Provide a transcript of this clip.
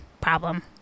problem